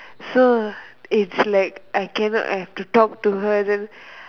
so it's like I cannot I have to talk to her then